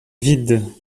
vide